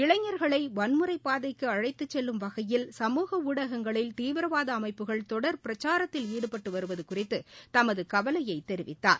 இளைஞர்களை வன்முறை பாதைக்கு அழைத்துச் செல்லும் வகையில் சமூக ஊடகங்களில் தீவிரவாத அமைப்புகள் தொடர் பிரசாரத்தில் ஈடுபட்டுவருவது குறிதது தமது கவலையை தெரிவித்தார்